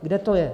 Kde to je?